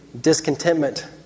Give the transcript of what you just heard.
discontentment